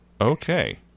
Okay